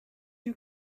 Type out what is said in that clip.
you